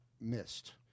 missed